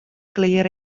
klear